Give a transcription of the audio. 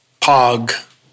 Pog